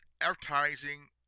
advertising